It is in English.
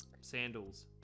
sandals